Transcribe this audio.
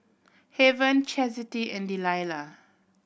Haven Chasity and Delilah